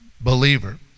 believer